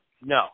No